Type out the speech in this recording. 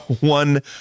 one